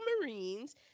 marines